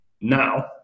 Now